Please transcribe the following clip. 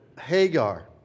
Hagar